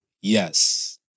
Yes